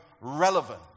relevant